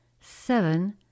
seven